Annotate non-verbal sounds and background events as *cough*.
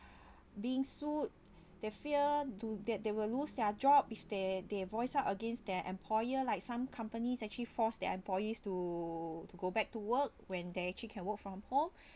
*breath* being sued they fear to that they will lose their job if they they voice up against their employer like some companies actually forced their employees to to go back to work when they actually can work from home *breath*